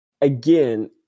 again